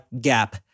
gap